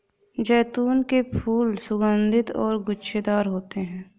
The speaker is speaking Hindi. जैतून के फूल सुगन्धित और गुच्छेदार होते हैं